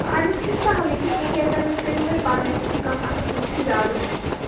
امیُک چھُ سہلٕے تہٕ کیکَن منٛز کٔرِو وۅنۍ پانے ییٚتہِ کَم اَکھ ہَتھ وُہ چھِ زیادٕ گژھان